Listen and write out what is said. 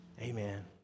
amen